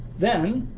then,